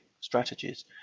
strategies